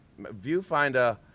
Viewfinder